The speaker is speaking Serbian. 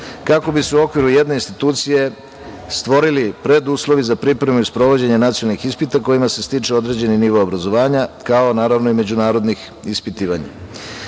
Kako bi se u okviru jedne institucije stvorili preduslovi za pripremu i sprovođenje nacionalnih ispita kojima se stiče određeni nivo obrazovanja kao i naravno međunarodnih ispitivanja. Zatim,